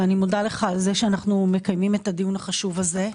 אני מודה לך על זה שאנחנו מקיימים את הדיון החשוב הזה.